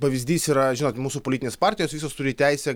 pavyzdys yra žinot mūsų politinės partijos visos turi teisę